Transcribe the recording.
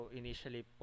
initially